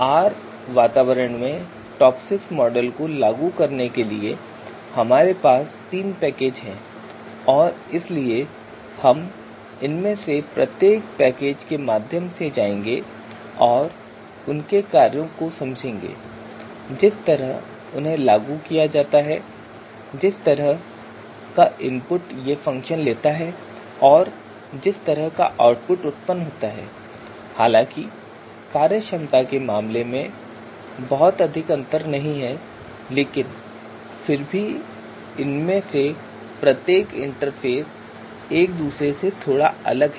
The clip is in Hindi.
आर वातावरण में टॉपसिस मॉडल को लागू करने के लिए हमारे पास तीन पैकेज हैं और इसलिए हम इनमें से प्रत्येक पैकेज के माध्यम से जाएंगे और उनके कार्यों को समझेंगे जिस तरह से उन्हें लागू किया जाता है जिस तरह का इनपुट ये फ़ंक्शन लेता है और जिस तरह का आउटपुट उत्पन्न होता है हालाँकि कार्यक्षमता के मामले में बहुत अधिक अंतर नहीं है लेकिन फिर भी इनमें से प्रत्येक इंटरफ़ेस एक दूसरे से थोड़ा अलग है